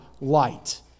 light